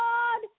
God